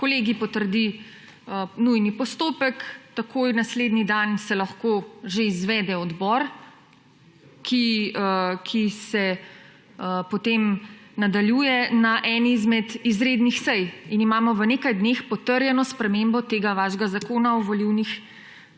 kolegij potrdi nujni postopek, takoj naslednji dan se lahko že izvede odbor, ki se potem nadaljuje na eni izmed izrednih sej ,in imamo v nekaj dneh potrjeno spremembo tega vašega Zakona o volilnih